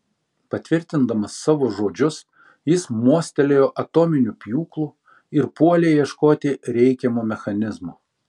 patvirtindamas savo žodžius jis mostelėjo atominiu pjūklu ir puolė ieškoti reikiamo mechanizmo